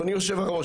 אדוני יושב הראש,